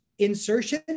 insertion